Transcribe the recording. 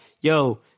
Yo